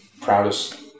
proudest